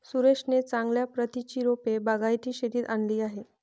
सुरेशने चांगल्या प्रतीची रोपे बागायती शेतीत आणली आहेत